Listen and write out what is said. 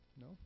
No